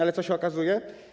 Ale co się okazuje?